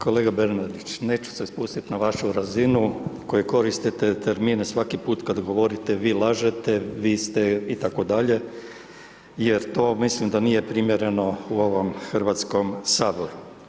Kolega Bernardić, neću se spustiti na vašu razinu koji koristite termine svaki put kada govorite „vi lažete, vi ste“ itd., jer to mislim da nije primjereno u ovom Hrvatskom saboru.